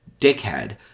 dickhead